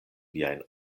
viajn